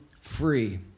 free